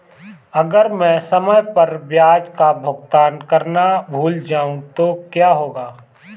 अगर मैं समय पर ब्याज का भुगतान करना भूल जाऊं तो क्या होगा?